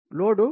load 0